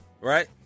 right